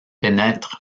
pénètre